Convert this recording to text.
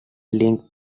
linked